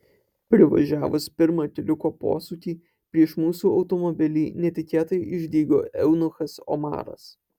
privažiavus pirmą keliuko posūkį prieš mūsų automobilį netikėtai išdygo eunuchas omaras